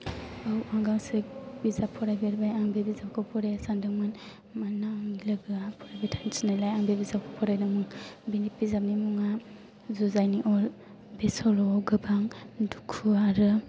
औ आं गांसे बिजाब फरायफेरबाय आं बे बिजाबखौ फराया सानदोंमोन मानोना आंनि लोगोआ फरायबाय थानो थिननालाय आं बे बिजाबखौ फरायदोंमोन बे बिजाबनि मुङा 'जुजायनि अर' बे सल'आव गोबां दुखु आरो